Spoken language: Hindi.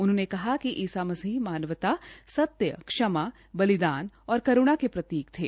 उन्होंने कहा कि ईसा मसीह मानवता सत्य क्षमा बलिदान और करूणा क प्रतीक थे